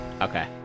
Okay